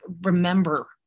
remember